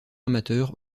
amateur